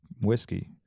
Whiskey